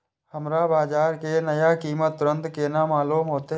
हमरा बाजार के नया कीमत तुरंत केना मालूम होते?